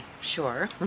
sure